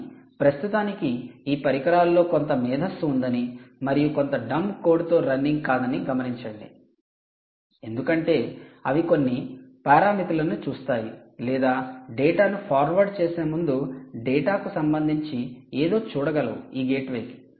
కానీ ప్రస్తుతానికి ఈ పరికరాల్లో కొంత మేధస్సు ఉందని మరియు కొంత డంబ్ కోడ్ తో రన్నింగ్ కాదని గమనించండి ఎందుకంటే అవి కొన్ని పరిమితులను చూస్తాయి లేదా డేటాను ఫార్వార్డ్ చేసే ముందు డేటాకు సంబంధించి ఏదో చూడగలవు ఈ గేట్వేకి